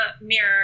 mirror